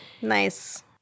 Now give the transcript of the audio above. Nice